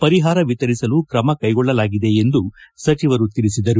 ಪರಿಹಾರ ವಿತರಿಸಲು ಕ್ರಮ ಕೈಗೊಳ್ಳಲಾಗಿದೆ ಎಂದು ಸಚಿವರು ತಿಳಿಸಿದರು